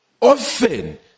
often